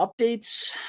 updates